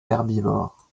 herbivores